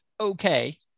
okay